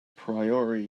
priori